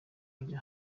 kujya